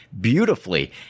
beautifully